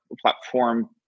platform